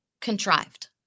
contrived